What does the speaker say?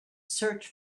search